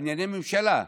בנייני ממשלה.